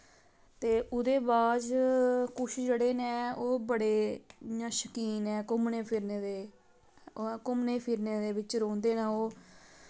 ते उदे बाद च कुछ जेह्ड़े न ओह् बड़े इ'यां शकीन ऐं घूमने फिरने दे घूमने फिरने दे बिच्च रौंह्दे नै ओह्